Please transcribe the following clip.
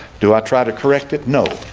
do i try to correct it? no,